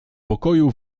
pokoju